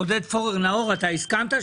עודד פורר, בקשה.